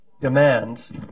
demands